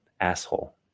asshole